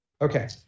Okay